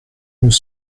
nous